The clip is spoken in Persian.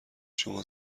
شما